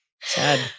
Sad